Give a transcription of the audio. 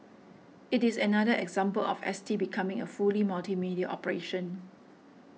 it is another example of S T becoming a fully multimedia operation